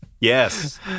Yes